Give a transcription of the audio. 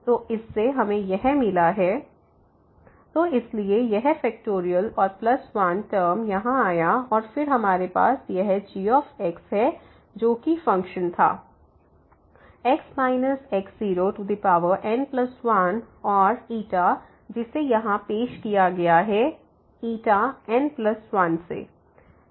तो इससे हमें यह मिला ⟹RnxgxRnn1n1gn1n1x0n1n1x तो इसलिए यह फैक्टोरियल और प्लस 1 टर्म यहां आया और फिर हमारे पास यह g है जो कि फंक्शन था x x0n1 और जिसे यहां पेश किया गया है n1